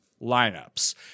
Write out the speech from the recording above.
lineups